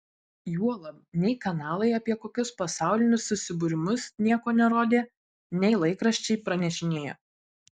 juolab nei kanalai apie kokius pasaulinius susibūrimus nieko nerodė nei laikraščiai pranešinėjo